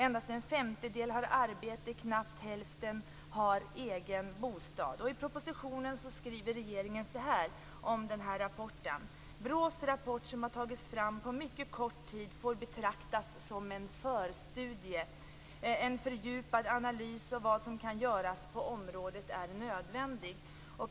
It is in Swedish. Endast en femtedel har arbete, och knappt hälften har egen bostad. I propositionen skriver regeringen så här om rapporten: BRÅ:s rapport, som har tagits fram på mycket kort tid, får betraktas som en förstudie. En fördjupad analys av vad som kan göras på området är nödvändig.